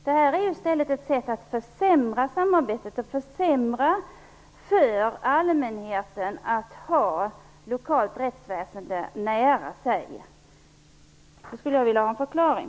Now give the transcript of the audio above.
Det här är ju i stället ett sätt att försämra samarbetet och att försämra situationen för allmänheten när det gäller att ha ett lokalt rättsväsende nära sig. Jag skulle vilja ha en förklaring.